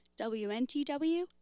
WNTW